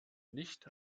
nicht